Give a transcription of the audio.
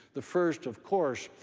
the first, of course,